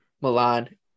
Milan